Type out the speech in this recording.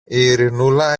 ειρηνούλα